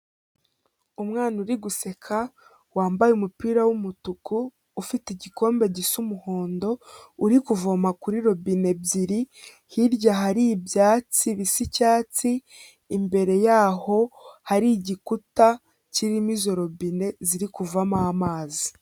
Umwana uri guseka wambaye umupira w'umutuku ufite igikombe gisa umuhondo uri kuvoma kuri robine ebyiri, hirya hari ibyatsi bisa icyatsi, imbere yaho hari igikuta kirimo izo robine ziri kuvamo amazi.